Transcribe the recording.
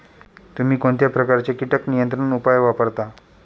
तुम्ही कोणत्या प्रकारचे कीटक नियंत्रण उपाय वापरता?